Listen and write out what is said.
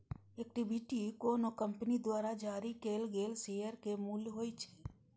equity कोनो company द्वारा जारी कैल गेल शेयर के मूल्य होइ छै